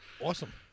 awesome